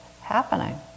happening